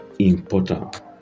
important